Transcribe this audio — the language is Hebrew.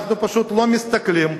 אנחנו פשוט לא מסתכלים,